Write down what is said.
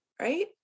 Right